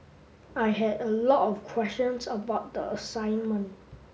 I had a lot of questions about the assignment